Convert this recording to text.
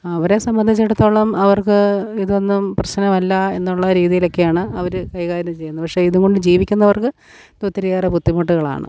അവരെ സംബന്ധിച്ചെടുത്തോളം അവർക്ക് ഇതൊന്നും പ്രശ്നമല്ല എന്നുള്ള രീതിയിലൊക്കെയാണ് അവർ കൈകാര്യം ചെയ്യുന്നത് പക്ഷേ ഇതുംകൊണ്ട് ജീവിക്കുന്നവർക്ക് ഇതൊത്തിരിയേറെ ബുദ്ധിമുട്ടുകളാണ്